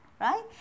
right